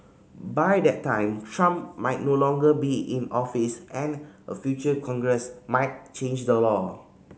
by that time Trump might no longer be in office and a future Congress might change the law